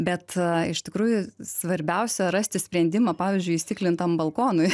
bet iš tikrųjų svarbiausia rasti sprendimą pavyzdžiui įstiklintam balkonui